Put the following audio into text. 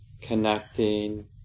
connecting